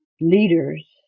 leaders